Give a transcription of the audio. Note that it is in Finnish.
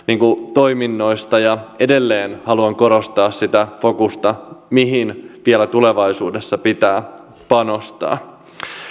toiminnoista edelleen haluan korostaa sitä fokusta mihin vielä tulevaisuudessa pitää panostaa